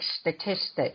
statistics